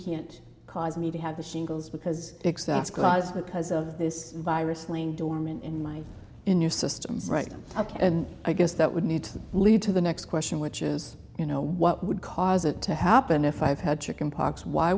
can't cause me to have the shingles because exact cause because of this virus laying dormant in my in your system right i'm ok and i guess that would need to lead to the next question which is you know what would cause it to happen if i've had chicken pox why